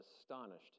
astonished